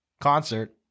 concert